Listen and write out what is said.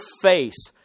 face